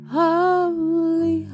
Holy